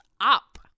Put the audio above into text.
up